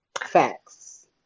facts